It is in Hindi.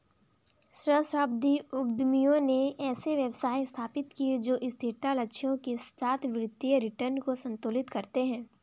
सहस्राब्दी उद्यमियों ने ऐसे व्यवसाय स्थापित किए जो स्थिरता लक्ष्यों के साथ वित्तीय रिटर्न को संतुलित करते हैं